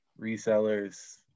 resellers